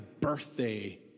birthday